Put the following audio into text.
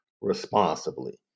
responsibly